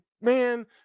man